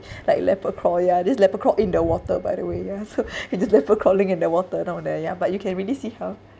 like leopard crawl ya just leopard crawl in the water by the way ya so you just leopard crawling in the water down there ya but you can really see how